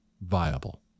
viable